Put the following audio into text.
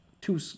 two